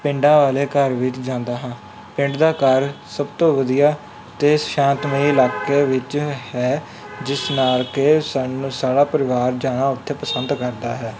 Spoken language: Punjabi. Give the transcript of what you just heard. ਪਿੰਡਾਂ ਵਾਲੇ ਘਰ ਵਿੱਚ ਜਾਂਦਾ ਹਾਂ ਪਿੰਡ ਦਾ ਘਰ ਸਭ ਤੋਂ ਵਧੀਆ ਅਤੇ ਸ਼ਾਂਤਮਈ ਇਲਾਕੇ ਵਿੱਚ ਹੈ ਜਿਸ ਨਾਲ ਕਿ ਸਾਨੂੰ ਸਾਰਾ ਪਰਿਵਾਰ ਜਾਣਾ ਉੱਥੇ ਪਸੰਦ ਕਰਦਾ ਹੈ